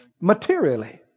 materially